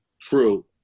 true